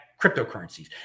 cryptocurrencies